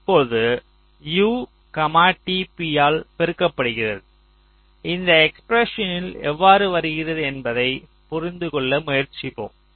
இப்போது U tp ஆல் பெருக்கப்படுகிறது இந்த எக்ஸ்பிரஸின் எவ்வாறு வருகிறது என்பதை புரிந்து கொள்ள முயற்சிப்போம்